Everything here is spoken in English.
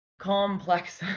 complex